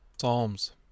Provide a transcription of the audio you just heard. Psalms